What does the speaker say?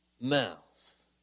mouth